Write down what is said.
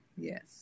Yes